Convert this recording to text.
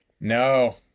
no